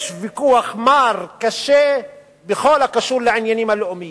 יש ויכוח מר וקשה בכל הקשור לעניינים הלאומיים,